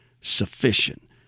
sufficient